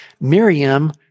Miriam